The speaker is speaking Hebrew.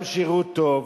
גם שירות טוב,